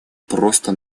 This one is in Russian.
просто